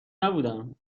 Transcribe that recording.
نبودم